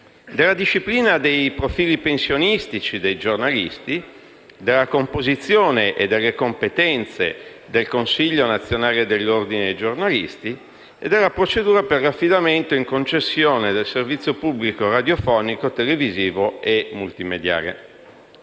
della disciplina dei profili pensionistici dei giornalisti e della composizione e delle competenze del Consiglio nazionale dell'Ordine dei giornalisti, nonché della procedura per l'affidamento in concessione del servizio pubblico radiofonico, televisivo e multimediale.